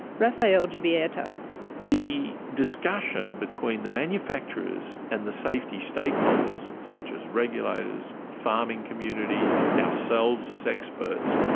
raphael grzebieta the discussion between the manufacturers and the safety stakeholders such as regulators, farming communities, ourselves as experts,